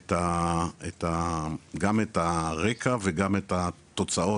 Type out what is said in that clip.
גם את הרקע וגם את התוצאות,